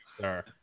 sir